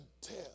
tell